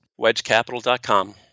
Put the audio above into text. Wedgecapital.com